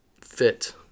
fit